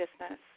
business